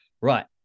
right